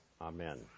Amen